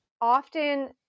often